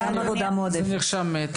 נרשם.